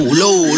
low